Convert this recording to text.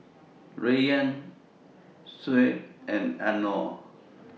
Rayyan Shuib and Anuar